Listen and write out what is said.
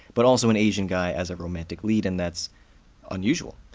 but also an asian guy as a romantic lead, and that's unusual.